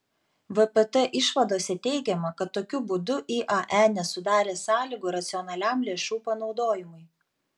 vpt išvadose teigiama kad tokiu būdu iae nesudarė sąlygų racionaliam lėšų panaudojimui